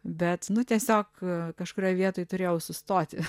bet nu tiesiog kažkurioj vietoj turėjau sustoti